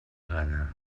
gana